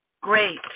Great